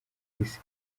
y’isi